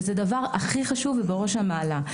וזה דבר הכי חשוב ובראש המעלה.